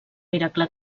miracle